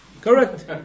Correct